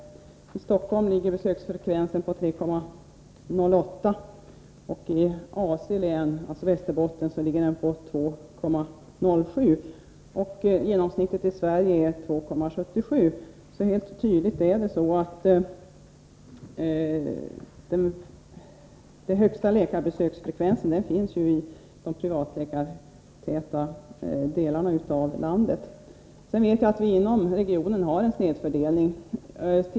I Stockholm ligger besöksfrekvensen på 3,08 och i AC län, alltså Västerbotten, ligger den på 2,07 besök. Genomsnittet i Sverige är 2,77 besök per invånare. Det är tydligt att den högsta läkarbesöksfrekvensen finns i de privatläkartäta delarna av landet. Jag vet att vi inom regionen har en snedfördelning.